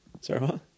Sorry